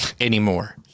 anymore